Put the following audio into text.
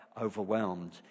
overwhelmed